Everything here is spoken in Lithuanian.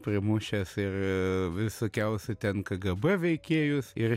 primušęs ir visokiausių ten kgb veikėjus ir